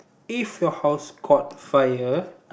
if your house caught fire